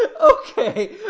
Okay